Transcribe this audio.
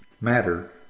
matter